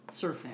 surfing